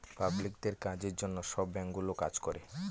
পাবলিকদের কাজের জন্য সব ব্যাঙ্কগুলো কাজ করে